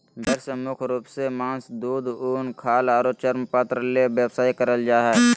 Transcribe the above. भेड़ से मुख्य रूप से मास, दूध, उन, खाल आरो चर्मपत्र ले व्यवसाय करल जा हई